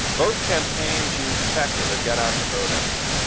both campaigns used tech for their get out the vote efforts,